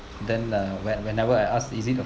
then uh when whenever I ask is it